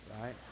right